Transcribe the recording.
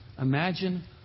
Imagine